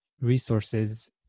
resources